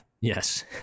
yes